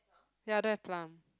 ya I don't have plant